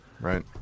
right